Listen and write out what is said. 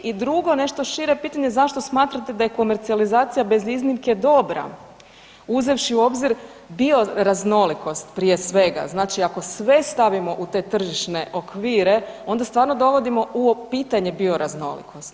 I drugo, nešto šire pitanje, zašto smatrate da je komercionalizacija bez iznimke dobra uzevši u obzir bioraznolikost prije svega, znači ako sve stavimo u te tržišne okvire onda stvarno dovodimo u pitanje bioraznolikost?